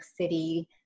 City